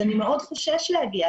אבל אני חושש מאוד להגיע.